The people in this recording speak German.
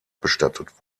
bestattet